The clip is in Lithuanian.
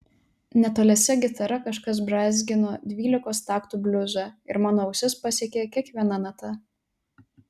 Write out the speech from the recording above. netoliese gitara kažkas brązgino dvylikos taktų bliuzą ir mano ausis pasiekė kiekviena nata